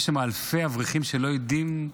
יש שם אלפי אברכים שלא יודעים,